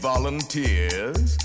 volunteers